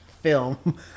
film